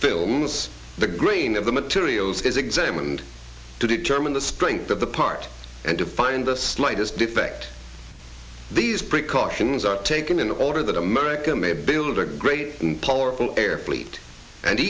films the grain of the materials is examined to determine the strength of the part and to find the slightest defect these precautions are taken in order that america may build a great and powerful air fleet and